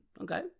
okay